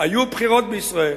"היו בחירות בישראל".